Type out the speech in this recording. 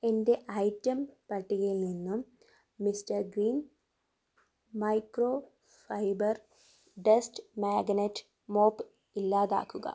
എന്റെ ഐറ്റം പട്ടികയിൽ നിന്നും mister green microfibre dust magnet mop ഇല്ലാതാക്കുക